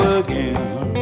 again